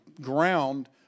ground